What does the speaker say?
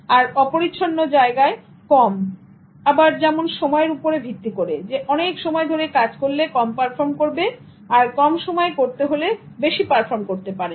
আর অপরিচ্ছন্ন জায়গায় কম আবার যেমন সময়ের উপরে ভিত্তি করে অনেক সময় ধরে কাজ করলে কম পারফর্ম করবে আর কম সময় করতে হলে বেশি পারফর্ম করতে পারেন